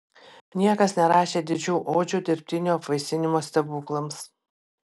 niekas nerašė didžių odžių dirbtinio apvaisinimo stebuklams